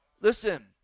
listen